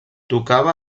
tocava